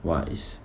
!wah! is